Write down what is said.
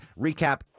recap